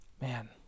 Man